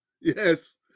yes